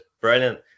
brilliant